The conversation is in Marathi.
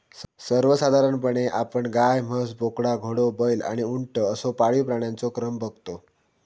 सर्वसाधारणपणे आपण गाय, म्हस, बोकडा, घोडो, बैल आणि उंट असो पाळीव प्राण्यांचो क्रम बगतो